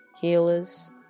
healers